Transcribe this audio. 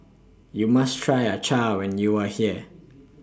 YOU must Try Acar when YOU Are here